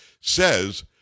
says